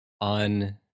on